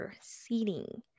seating